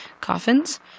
coffins